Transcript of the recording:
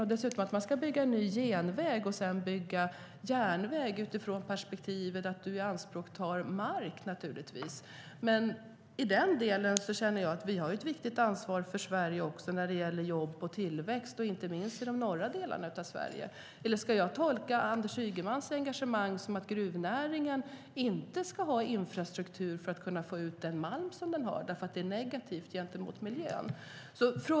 Det gäller också om man ska bygga en ny genväg och sedan en järnväg utifrån perspektivet utifrån att man tar mark i anspråk. Vi har ett viktigt ansvar för Sverige också när det gäller jobb och tillväxt, inte minst i de norra delarna av Sverige. Eller ska jag tolka Anders Ygemans engagemang som att gruvnäringen inte ska få infrastruktur för att få ut malmen eftersom det är negativt för miljön?